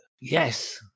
Yes